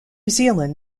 zealand